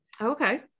Okay